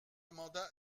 mandat